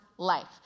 life